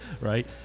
Right